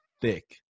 thick